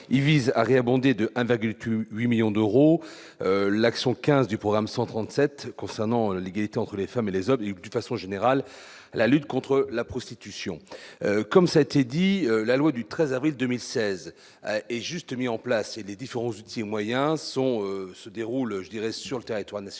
il vise à rien bondé de à Daegu tue 8 millions d'euros l'action 15 du programme 137 concernant l'égalité entre les femmes et les hommes d'une façon générale, la lutte contre la prostitution comme ça a été dit, la loi du 13 avril 2016 et juste mis en place et les différents outils et moyens sont se déroule, je dirais sur le territoire national